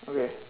okay